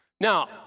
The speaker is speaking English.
Now